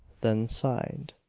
then sighed.